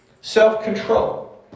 self-control